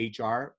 HR